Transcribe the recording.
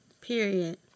Period